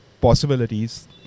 possibilities